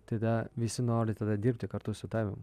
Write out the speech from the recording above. tada visi nori tada dirbti kartu su tavim